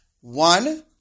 One